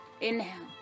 inhale